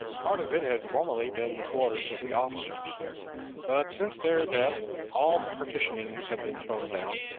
part of it had formerly been the quarters of the officers but since their death all the partitioning had been thrown down,